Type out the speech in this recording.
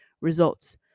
results